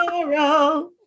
tomorrow